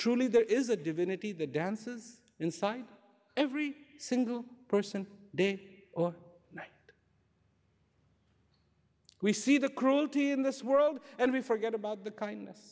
there is a divinity the dances inside every single person day or night we see the cruelty in this world and we forget about the kindness